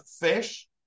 fish